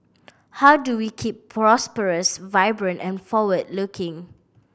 how do we keep prosperous vibrant and forward looking